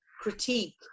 critique